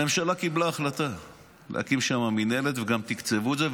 הממשלה קיבלה החלטה להקים שם מינהלת וגם תקצבו את זה,